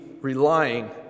relying